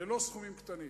זה לא סכומים קטנים.